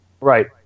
right